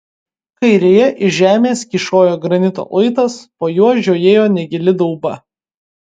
kairėje iš žemės kyšojo granito luitas po juo žiojėjo negili dauba